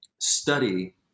study